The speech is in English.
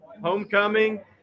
homecoming